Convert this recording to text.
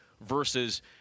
versus